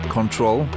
Control